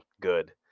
good